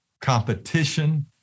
competition